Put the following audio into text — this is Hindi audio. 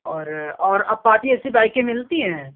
और और अपाची जैसी बाइकें मिलती हैं